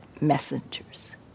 messengers